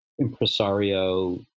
impresario